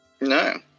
No